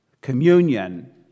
Communion